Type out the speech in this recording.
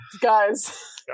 Guys